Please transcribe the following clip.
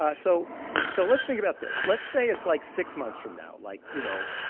ah so so let's think about this. let's say it's, like, six months from now like, you know,